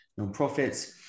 nonprofits